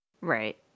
Right